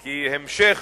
כי המשך